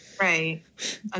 Right